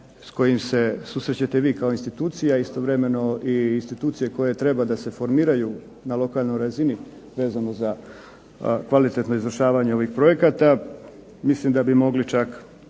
s kojim se susrećete vi kao institucija istovremeno i institucije koje treba da se formiraju na lokalnoj razini vezano za kvalitetno izvršavanje ovih projekata mislim da bi mogli čak